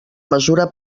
mesura